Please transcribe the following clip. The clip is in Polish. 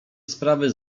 sprawy